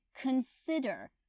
consider